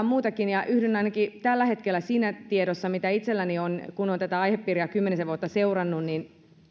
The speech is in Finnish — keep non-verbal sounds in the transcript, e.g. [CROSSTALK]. [UNINTELLIGIBLE] muutakin ja yhdyn ainakin tällä hetkellä sillä tiedolla mitä itselläni on kun olen tätä aihepiiriä kymmenisen vuotta seurannut